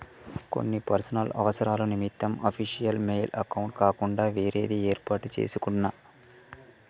కొన్ని పర్సనల్ అవసరాల నిమిత్తం అఫీషియల్ మెయిల్ అకౌంట్ కాకుండా వేరేది యేర్పాటు చేసుకున్నా